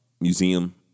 museum